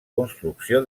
construcció